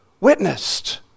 witnessed